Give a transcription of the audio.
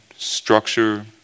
Structure